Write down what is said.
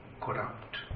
corrupt